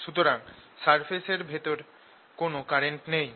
সুতরাং সারফেস এর ভেতর কোন কারেন্ট নেই